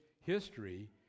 history